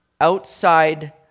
outside